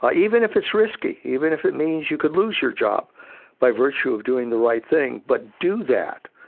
ah even if it's risky, even if it means you could lose your job by virtue of doing the right thing, but do that.